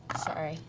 sorry.